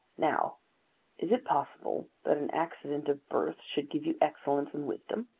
now is it possible that an accident of birth should give you excellence and wisdom?